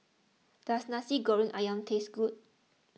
does Nasi Goreng Ayam taste good